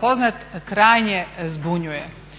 poznat krajnje zbunjuje